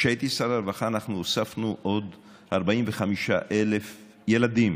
כשהייתי שר הרווחה אנחנו הוספנו עוד 45,000 ילדים